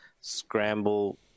Scramble